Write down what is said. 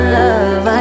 love